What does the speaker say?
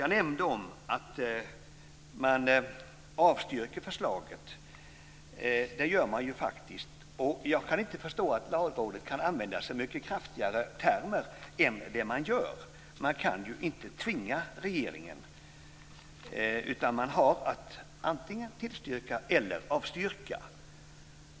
Jag nämnde att man avstyrker förslaget. Det gör man faktiskt. Jag kan inte förstå att Lagrådet kan använda så mycket kraftfullare termer än man gör. Man kan ju inte tvinga regeringen, utan man har att antingen tillstyrka eller avstyrka.